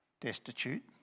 destitute